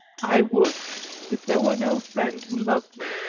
i would if there were no friend who loved me,